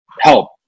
help